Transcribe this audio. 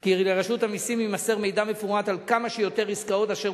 כי לרשות המסים יימסר מידע מפורט על כמה שיותר עסקאות אשר